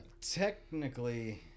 Technically